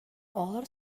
оҕолор